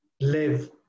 live